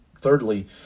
Thirdly